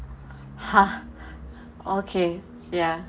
!huh! okay ya